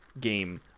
game